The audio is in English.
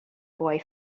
boy